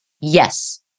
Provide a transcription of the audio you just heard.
Yes